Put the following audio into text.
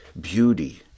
beauty